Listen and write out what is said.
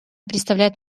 представлять